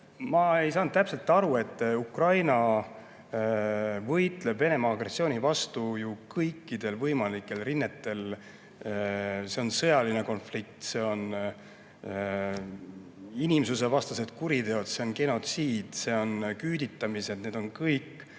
Ma ei saanud täpselt aru. Ukraina võitleb Venemaa agressiooni vastu ju kõikidel võimalikel rinnetel. Seal on sõjaline konflikt, seal on inimsusvastased kuriteod, seal on genotsiid, seal on küüditamised – need on